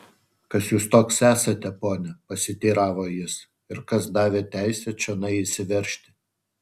kas jūs toks esate pone pasiteiravo jis ir kas davė teisę čionai įsiveržti